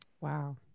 Wow